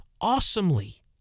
awesomely